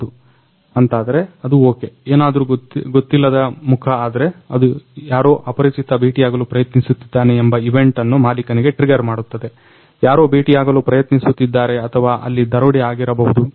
ಹೌದು ಅಂತಾದರೆ ಅದು ಓಕೆ ಏನಾದ್ರು ಗೊತ್ತಿಲ್ಲದ ಮುಖ ಆದ್ರೆ ಇದು ಯಾರೊ ಅಪರಿಚಿತ ಭೇಟಿಯಾಗಲು ಪ್ರಯತ್ನಿಸುತ್ತಿದ್ದಾರೆ ಎಂಬ ಇವೆಂಟ್ ಅನ್ನು ಮಾಲಿಕನಿಗೆ ಟ್ರಿಗರ್ ಮಾಡುತ್ತದೆ ಯಾರೋ ಭೇಟಿಯಾಗಲು ಪ್ರಯತ್ನಿಸುತ್ತಿದ್ದಾರೆ ಅಥವಾ ಅಲ್ಲಿ ದರೋಡೆ ಆಗಿರಬಹುದು